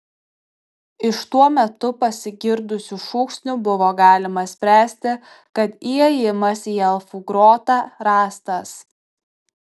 iš tuo metu pasigirdusių šūksnių buvo galima spręsti kad įėjimas į elfų grotą rastas